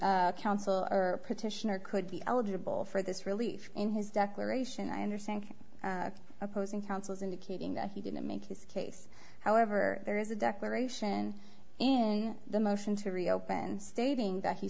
not council or petitioner could be eligible for this relief in his declaration i understand opposing counsel is indicating that he did not make his case however there is a declaration in the motion to reopen stating that he